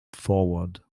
forward